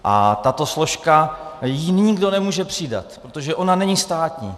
A tato složka, jí nikdo nemůže přidat, protože ona není státní.